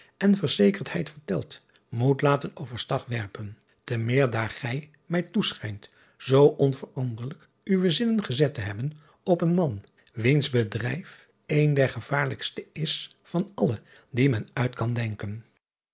en verzekerdheid verteld moet laten over stag werpen te meer daar gij mij toeschijnt driaan oosjes zn et leven van illegonda uisman zoo onveranderlijk uwe zinnen gezet te hebben op een man wiens bedrijf een der gevaarlijkste is van alle die men uit kan denken